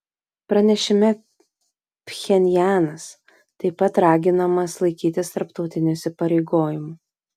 pranešime pchenjanas taip pat raginamas laikytis tarptautinių įsipareigojimų